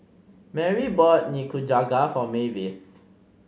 Merry bought Nikujaga for Mavis